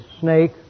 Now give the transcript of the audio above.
snake